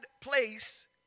place